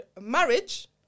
marriage